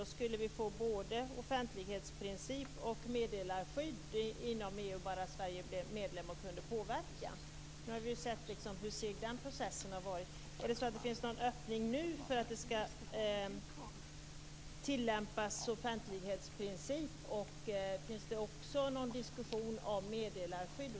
Vi skulle få både offentlighetsprincip och meddelarskydd inom EU bara Sverige blev medlem och kunde påverka. Nu har vi sett hur seg den processen har varit. Är det så att det finns någon öppning nu för att offentlighetsprincipen skall tillämpas, och finns det också någon diskussion om meddelarskydd?